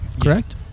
correct